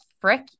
frick